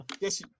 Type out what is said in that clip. Yes